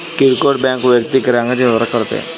किरकोळ बँक वैयक्तिक ग्राहकांशी व्यवहार करते